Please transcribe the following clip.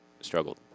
struggled